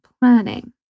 planning